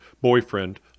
boyfriend